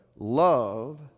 Love